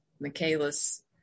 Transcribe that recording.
Michaelis